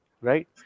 right